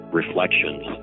reflections